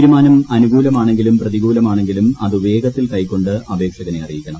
തീരുമാനം അനുകൂലമാണെങ്കിലും പ്രതികൂലമാണെങ്കിലും അത് വേഗത്തിൽ കൈക്കൊണ്ട് അപേക്ഷകനെ അറിയിക്കണം